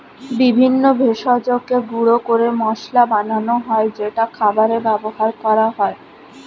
বিভিন্ন ভেষজকে গুঁড়ো করে মশলা বানানো হয় যেটা খাবারে ব্যবহার করা হয়